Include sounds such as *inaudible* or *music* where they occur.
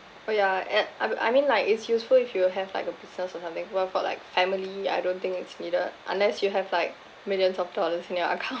oh ya at I I mean like it's useful if you have like a business or something while about like family I don't think it's needed unless you have like millions of dollars in your account *laughs*